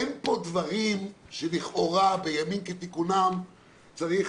אין פה דברים שלכאורה בימים כתיקונם צריך